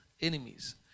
enemies